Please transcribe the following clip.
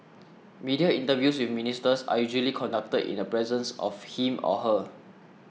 media interviews with Ministers are usually conducted in the presence of him or her